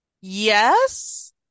Yes